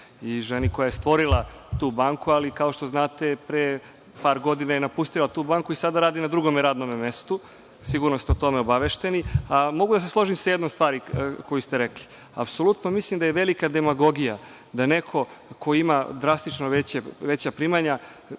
i ženi koja je stvorila tu banku, ali kao što znate pre par godina je napustila tu banku i sada radi na drugom radnom mestu. Sigurno ste o tome obavešteni. Mogu da se složim sa jednom stvari koju ste rekli. Apsolutno mislim da je velika demagogija da neko ko ima drastično veća primanja